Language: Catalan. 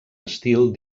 estil